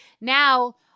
Now